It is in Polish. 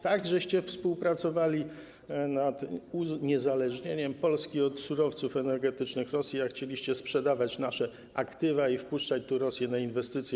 Tak współpracowaliście nad uniezależnieniem Polski od surowców energetycznych Rosji, a chcieliście sprzedawać nasze aktywa i wpuszczać tu Rosję, na inwestycje.